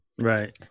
right